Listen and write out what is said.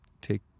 take